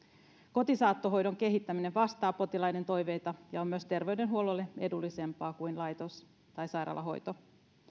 kotisaattohoidon kehittäminen vastaa potilaiden toiveita ja on myös terveydenhuollolle edullisempaa kuin laitos tai sairaalahoito